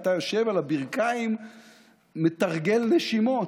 אתה יושב על הברכיים ומתרגל נשימות?